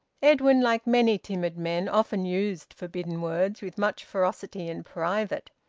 edwin, like many timid men, often used forbidden words with much ferocity in private.